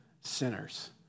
sinners